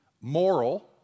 moral